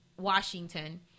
Washington